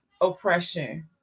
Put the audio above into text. oppression